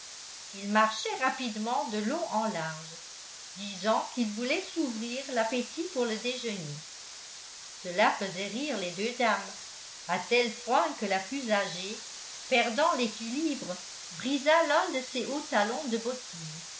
il marchait rapidement de long en large disant qu'il voulait s'ouvrir l'appétit pour le déjeuner cela faisait rire les deux dames à tel point que la plus âgée perdant l'équilibre brisa l'un de ses hauts talons de bottines